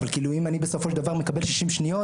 אבל אם אני בסופו של דבר מקבל שישים שניות,